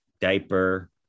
diaper